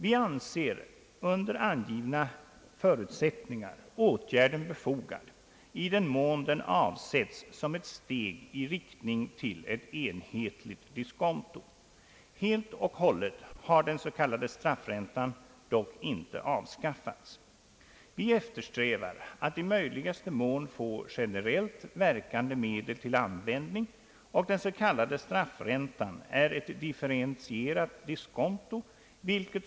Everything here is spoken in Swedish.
Vi anser under angivna förutsättningar åtgärden befogad i den mån den avsetts som ett steg i riktning mot ett enhetligt diskonto. Helt och hållet har den s.k. straffräntan dock inte avskaffats. Vi eftersträvar att i möjligaste mån få generellt verkande medel för tillämpning, och den s.k. straffräntan är ett differentierat diskonto.